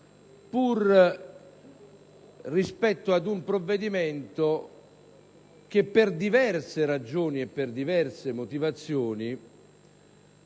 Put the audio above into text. pur trattandosi di un provvedimento che, per diverse ragioni e per diverse motivazioni,